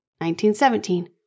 1917